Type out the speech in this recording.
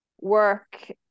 work